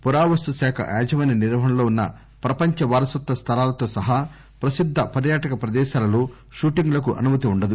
పురావస్తు శాఖ యాజమాన్య నిర్వహణలో ఉన్న ప్రపంచ వారసత్వ స్థలాలతో సహా ప్రసిద్ధ పర్యాటక ప్రదేశాలలో షూటింగ్ లకు అనుమతి ఉండదు